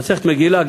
במסכת מגילה,